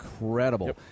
incredible